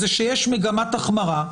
זה שיש מגמת החמרה.